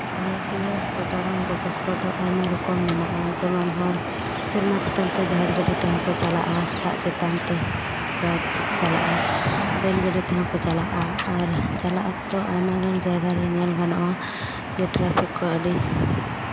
ᱵᱷᱟᱨᱚᱛᱤᱭᱚ ᱥᱟᱜᱟᱲᱚᱢ ᱵᱮᱵᱚᱥᱛᱷᱟ ᱫᱚ ᱟᱭᱢᱟ ᱨᱚᱠᱚᱢ ᱢᱮᱱᱟᱜᱼᱟ ᱡᱮᱢᱚᱱ ᱦᱚᱲ ᱥᱮᱨᱢᱟ ᱪᱮᱛᱟᱱ ᱛᱮ ᱡᱟᱦᱟᱡᱽ ᱜᱟᱹᱰᱤ ᱛᱮᱦᱚᱸ ᱠᱚ ᱪᱟᱞᱟᱜᱼᱟ ᱫᱟᱜ ᱪᱮᱛᱟᱱ ᱛᱮ ᱡᱟᱦᱟᱡᱽ ᱛᱮᱠᱚ ᱪᱟᱞᱟᱜᱼᱟ ᱨᱮᱹᱞ ᱜᱟᱹᱰᱤ ᱛᱮᱦᱚᱸ ᱠᱚ ᱪᱟᱞᱟᱜᱼᱟ ᱟᱨ ᱪᱟᱞᱟᱜ ᱚᱠᱛᱚ ᱟᱭᱢᱟ ᱜᱟᱱ ᱡᱟᱭᱜᱟ ᱨᱮ ᱧᱮᱞ ᱜᱟᱱᱚᱜᱼᱟ ᱴᱨᱟᱯᱷᱤᱠ ᱠᱚ ᱟᱹᱰᱤ